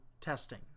testing